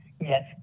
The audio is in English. Yes